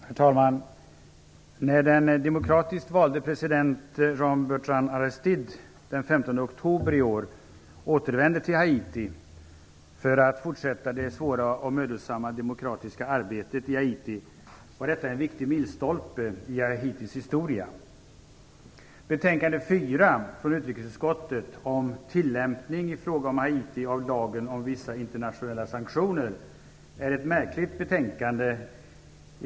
Herr talman! När den demokratiskt valde president Jean-Bertrand Aristide den 15 oktober i år återvände till Haiti för att fortsätta det svåra och mödosamma arbetet för demokrati i Haiti var det en viktig milstolpe i Haitis historia. Betänkande nr 4 från utrikesutskottet, Tillämpning i fråga om Haiti av lagen om vissa internationella sanktioner, är ett märkligt betänkande.